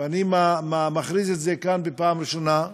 ואני מכריז את זה כאן בפעם הראשונה,